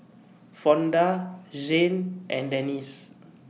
Fonda Zhane and Denese